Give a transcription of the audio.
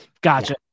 Gotcha